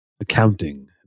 accounting